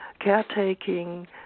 caretaking